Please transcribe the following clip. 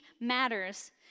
matters